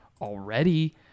already